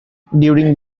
during